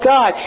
God